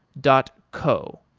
dot co.